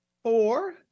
Four